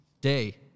day